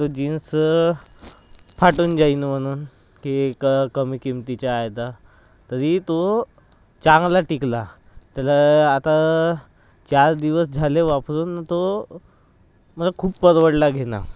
की तो जीन्स फाटून जाईन म्हणून एक कमी किंमतीचा आहे तर तरी तो चांगला टिकला त्याला आता चार दिवस झाले वापरून तो मला खूप परवडला गेला